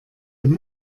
dem